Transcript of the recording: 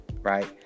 right